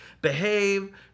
behave